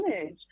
image